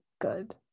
good